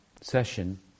session